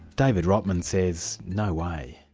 david rottman says, no way.